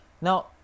now